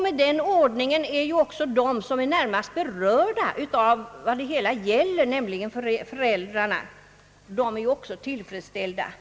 Med den ordningen är ju också de närmast berörda, nämligen föräldrarna, tillfredsställda.